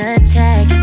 attack